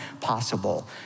possible